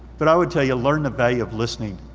but i would tell you learn the value of listening.